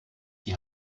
die